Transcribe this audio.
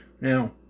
now